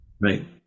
Right